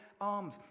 arms